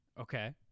Okay